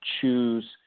choose